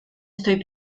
estoy